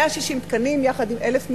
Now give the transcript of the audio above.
160 תקנים, יחד עם 1,000 מיטות.